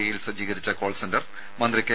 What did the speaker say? ഐയിൽ സജ്ജീകരിച്ച call centre മന്ത്രി കെ